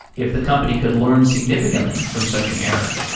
if the company could learn significantly from such an error.